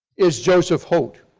is joseph holt.